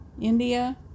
India